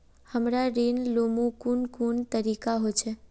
हमरा ऋण लुमू कुन कुन तरीका होचे?